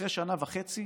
אחרי שנה וחצי